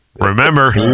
Remember